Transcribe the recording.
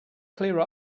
clear